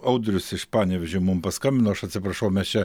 audrius iš panevėžio mum paskambino aš atsiprašau mes čia